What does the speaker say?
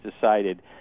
decided